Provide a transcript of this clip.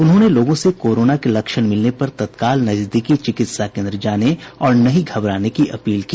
उन्होंने लोगों से कोरोना के लक्षण मिलने पर तत्काल नजदीकी चिकित्सा केन्द्र जाने और नहीं घबराने की अपील की